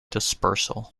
dispersal